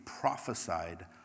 prophesied